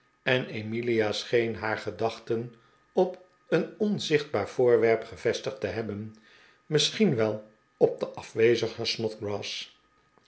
en emilia scheen haar gedachten op een onzichtbaar voorwerp gevestigd te hebben misschien wel op den afwezigen